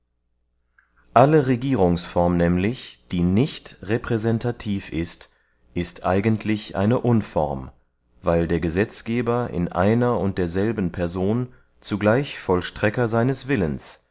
alle regierungsform nämlich die nicht repräsentativ ist ist eigentlich eine unform weil der gesetzgeber in einer und derselben person zugleich vollstrecker seines willens